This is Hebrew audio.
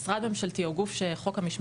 משרד ממשלתי או גוף שחוק המשמעת חל עליו.